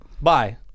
Bye